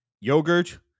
Yogurt